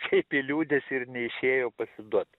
kaip į liūdesį ir neišėjo pasiduot